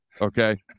Okay